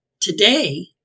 today